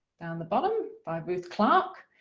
down the bottom, by ruth clark,